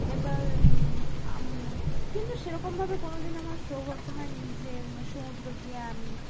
এবার আম কিন্তু সেরকমভাবে কোনো দিন আমার সৌভাগ্য হয়নি যে সমুদ্র গিয়ে আমি